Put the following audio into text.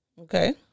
Okay